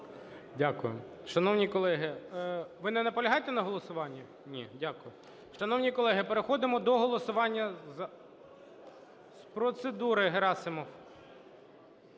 Дякую. Шановні колеги… Ви не наполягаєте на голосуванні? Ні. Дякую. Шановні колеги, переходимо до голосування... З процедури – Герасимов.